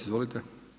Izvolite.